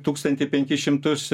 tūkstantį penkis šimtus